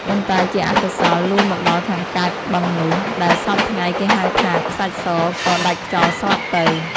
ប៉ុន្តែជាអកុសល លូនមកដល់ខាងកើតបឹងនោះ ដែលសព្វថ្ងៃគេហៅថា “ខ្សាច់ស” ក៏ដាច់ខ្យល់ស្លាប់ទៅ ។